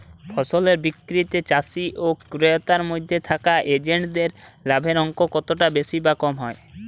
ফসলের বিক্রিতে চাষী ও ক্রেতার মধ্যে থাকা এজেন্টদের লাভের অঙ্ক কতটা বেশি বা কম হয়?